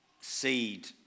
seed